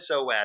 OS